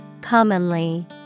Commonly